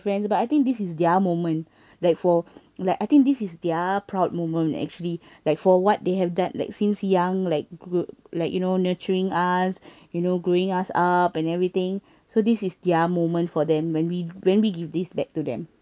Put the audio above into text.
friends but I think this is their moment like for like I think this is their proud moment actually like for what they have done like since young like goo~ like you know nurturing us you know growing us up and everything so this is their moment for them when we when we give this back to them